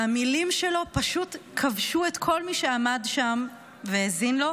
והמילים שלו פשוט כבשו את כל מי שעמד שם והאזין לו.